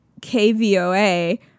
KVOA